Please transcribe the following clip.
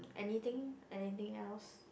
anything anything else